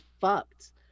fucked